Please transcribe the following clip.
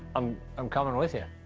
i'm i'm coming with you.